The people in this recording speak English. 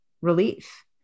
relief